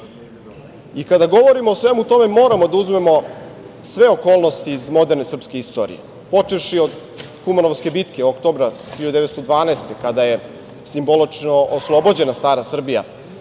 govorimo o svemu tome moramo da uzmemo sve okolnosti iz moderne srpske istorije počevši od Kumanovske bitke oktobra 1912. godine kada je simbolično oslobođena stara Srbija,